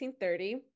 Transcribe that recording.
1830